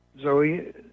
Zoe